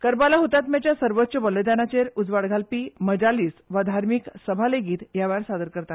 कबीला हतात्म्यांच्या सर्वोच्च बलिदानाचेर उजवाड घालपी मजालीस वा धर्मीक सभा लेगीत ह्या वेळार सादर करतात